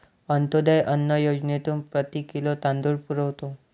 अंत्योदय अन्न योजनेतून प्रति किलो तांदूळ पुरवतो